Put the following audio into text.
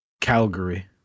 Calgary